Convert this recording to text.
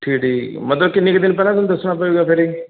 ਠੀਕ ਠੀਕ ਮਤਲਬ ਕਿੰਨੇ ਕੁ ਦਿਨ ਪਹਿਲਾਂ ਤੁਹਾਨੂੰ ਦੱਸਣਾ ਪਏਗਾ ਫਿਰ ਇਹ